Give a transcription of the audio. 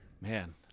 Man